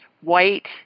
white